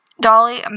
dolly